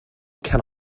can